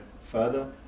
further